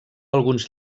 alguns